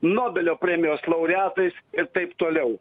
nobelio premijos laureatais ir taip toliau